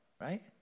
Right